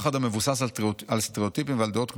פחד המבוסס על סטריאוטיפים ועל דעות קדומות,